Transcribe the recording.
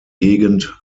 gegend